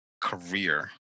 career